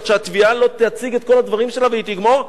עד שהתביעה לא תציג את כל הדברים שלה והיא תגמור,